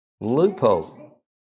loophole